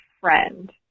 friend